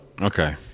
Okay